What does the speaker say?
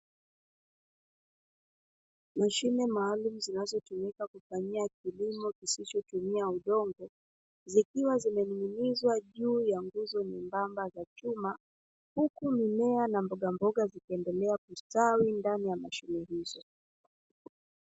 Mashine maalumu zinazotumika kufanyia kilimo kisicho tumia udongo, zikiwa zimening'inizwa juu ya nguzo nyembamba za chuma, huku mimea na mboga mboga zikiendelea kustawi ndani ya mashine hizo.